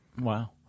wow